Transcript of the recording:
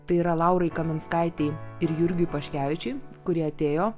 tai yra laurai kaminskaitei ir jurgiui paškevičiui kurie atėjo